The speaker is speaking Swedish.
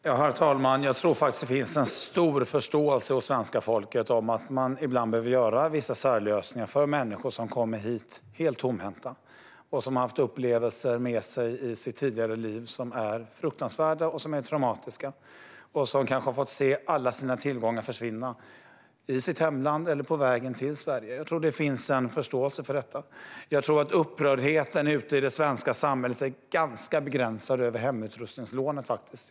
Herr talman! Jag tror att det finns en stor förståelse hos svenska folket för att man ibland måste ta fram vissa särlösningar för människor som kommer hit helt tomhänta och som har med sig fruktansvärda och traumatiska upplevelser från sitt tidigare liv. De har kanske fått se alla sina tillgångar försvinna i hemlandet eller på vägen till Sverige. Jag tror att det finns en förståelse för detta. Jag tror att upprördheten ute i det svenska samhället över hemutrustningslånet är ganska begränsad.